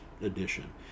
edition